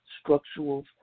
structural